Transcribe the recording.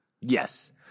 Yes